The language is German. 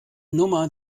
nummer